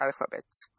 alphabets